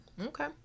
okay